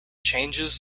changes